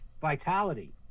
vitality